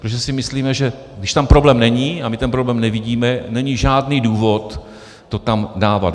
Protože si myslíme, že když tam problém není, a my ten problém nevidíme, není žádný důvod to tam dávat.